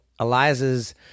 eliza's